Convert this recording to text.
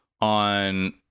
on